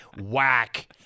Whack